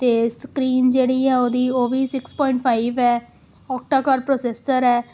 ਅਤੇ ਸਕਰੀਨ ਜਿਹੜੀ ਆ ਉਹਦੀ ਉਹ ਵੀ ਸਿਕਸ ਪੁਆਇੰਟ ਫਾਈਵ ਹੈ ਓਕਟਾ ਕੋਰ ਪ੍ਰੋਸੈਸਰ ਹੈ